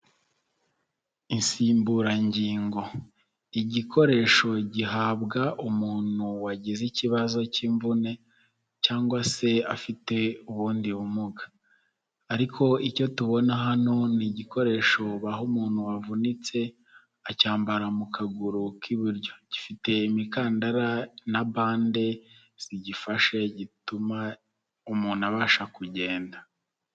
Insimburangingo igikoresho gihabwa umuntu wagize ikibazo cy'imvune cyangwa se afite ubundi bumuga. Ariko icyo tubona hano ni igikoresho baha umuntu wavunitse, acyambara mu kaguru k'iburyo. Gifite imikandara na bande zigifashe gituma umuntu abasha kugenda.